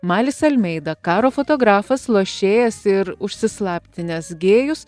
malis almeida karo fotografas lošėjas ir užsislaptinęs gėjus